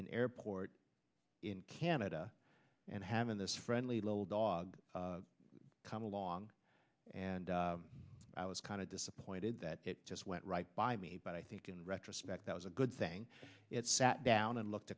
an airport in canada and having this friendly little dog come along and i was kind of disappointed that it just went right by me but i think in retrospect that was a good thing it sat down and looked